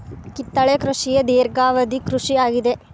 ಕಿತ್ತಳೆ ಕೃಷಿಯ ಧೇರ್ಘವದಿ ಕೃಷಿ ಆಗಿದೆ